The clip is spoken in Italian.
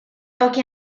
pochi